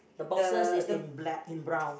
the boxes is in black in brown